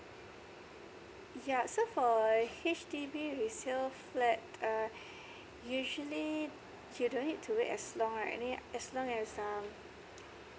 yeah so for a H_D_B resale flat err usually you don't need to need to wait as long like I mean as long as um